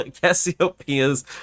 Cassiopeia's